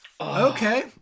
Okay